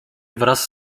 wraz